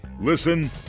Listen